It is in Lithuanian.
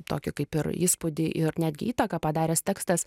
tokį kaip ir įspūdį ir netgi įtaką padaręs tekstas